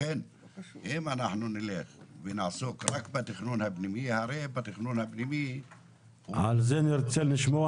לכן אם אנחנו נעסוק רק בתכנון הפנימי -- על זה נרצה לשמוע